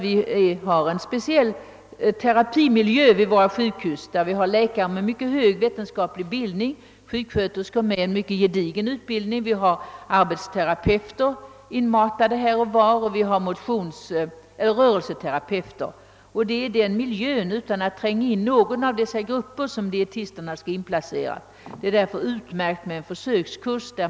Vi har en speciell terapimiljö vid våra sjukhus, vi har läkare med mycket hög vetenskaplig bildning, sjuksköterskor med mycket gedigen utbildning, arbetsterapeuter och rörelseterapeuter. Det är i den miljön, som dietisterna skall placeras in utan att tränga bort någon av dessa grupper. Det är därför utmärkt, att det blir en försökskurs.